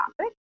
topic